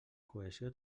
cohesió